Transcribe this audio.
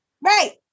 Right